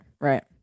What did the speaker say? Right